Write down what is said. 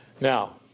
Now